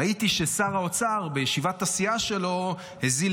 ראיתי ששר האוצר בישיבת הסיעה שלו הזיל